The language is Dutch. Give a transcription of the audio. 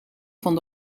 van